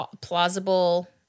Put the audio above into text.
plausible